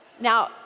Now